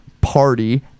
party